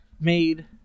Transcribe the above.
made